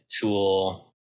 tool